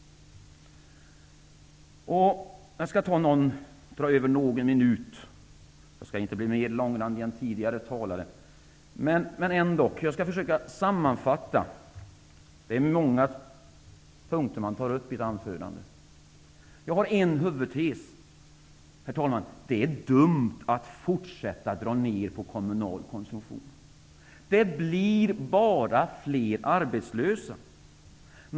Jag skall överskrida min taletid med någon minut, men jag skall inte bli mer långrandig än tidigare talare. Men jag skall ändock försöka att sammanfatta de många punkter som här har tagits upp i anförandena. Herr talman! Jag har en huvudtes: det är dumt att fortsätta att skära ned kommunal konsumtion. Det blir bara fler arbetslösa.